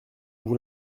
vous